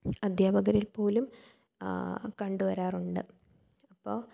അദ്ധ്യാപകരിൽ പോലും കണ്ട് വരാറുണ്ട് അപ്പോൾ